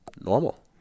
normal